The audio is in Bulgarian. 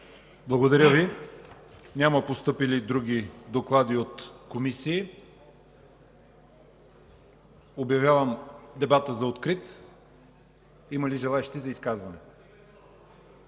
Благодаря Ви. Няма постъпили други доклади от комисии. Обявявам дебата за открит. Има ли желаещи за изказвания?